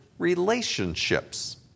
relationships